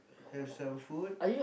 have some food